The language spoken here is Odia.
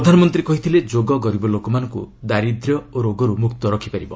ପ୍ରଧାନମନ୍ତ୍ରୀ କହିଥିଲେ ଯୋଗ ଗରିବ ଲୋକମାନଙ୍କୁ ଦାରିଦ୍ର୍ୟ ଓ ରୋଗର୍ ମୁକ୍ତ ରଖିପାରିବ